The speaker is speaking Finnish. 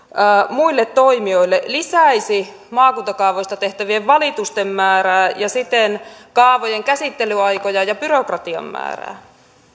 muille toimijoille lisäisi maakuntakaavoista tehtävien valitusten määrää ja siten kaavojen käsittelyaikoja ja byrokratian määrää